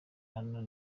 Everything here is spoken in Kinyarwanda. hano